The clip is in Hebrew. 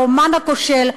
האמן הכושל,